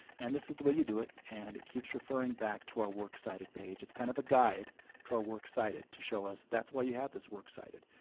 and this is the way you do it. and it keeps referring back to our works cited page it's kind of a guide to our works cited, to show us that's why you have this works cited.